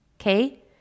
Okay